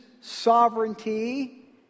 sovereignty